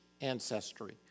ancestry